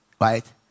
right